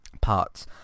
parts